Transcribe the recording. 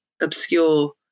obscure